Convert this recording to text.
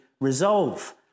Resolve